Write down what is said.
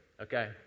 Okay